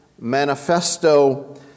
manifesto